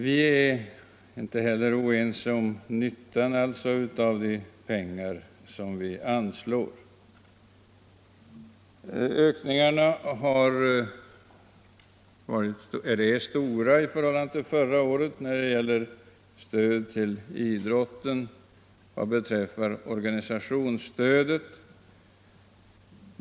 Vi är alltså inte heller oense om nyttan av de pengar som här anslås. Ökningarna är stora i förhållande till förra året vad beträffar organisationsstödet.